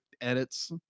edits